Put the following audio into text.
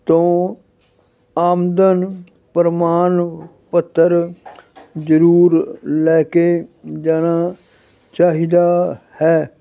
ਤੋਂ ਆਮਦਨ ਪ੍ਰਮਾਣ ਪੱਤਰ ਜ਼ਰੂਰ ਲੈ ਕੇ ਜਾਣਾ ਚਾਹੀਦਾ ਹੈ